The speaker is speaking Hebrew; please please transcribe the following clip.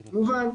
מובן.